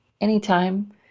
Anytime